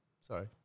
Sorry